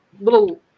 little